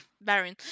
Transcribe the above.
Baron